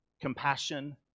compassion